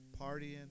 partying